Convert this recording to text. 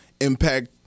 impact